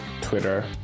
twitter